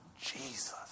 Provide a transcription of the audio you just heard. Jesus